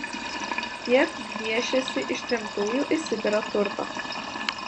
kiek gviešėsi ištremtųjų į sibirą turto